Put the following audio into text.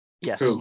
Yes